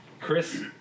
Chris